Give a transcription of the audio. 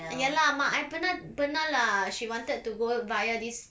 ya lah mak I pernah pernah lah she wanted to go via this